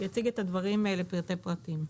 יציג את הדברים לפרטי פרטים.